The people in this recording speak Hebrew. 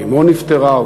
ואמו נפטרה,